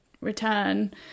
return